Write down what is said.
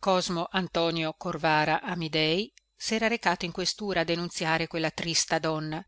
cosmo antonio corvara amidei sera recato in questura a denunziare quella trista donna